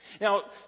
Now